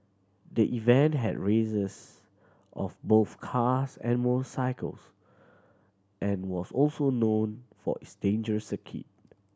the event had races of both cars and motorcycles and was also known for its dangerous circuit